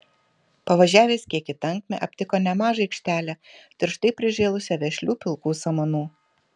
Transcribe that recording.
pavažiavęs kiek į tankmę aptiko nemažą aikštelę tirštai prižėlusią vešlių pilkų samanų